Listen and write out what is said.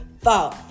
fault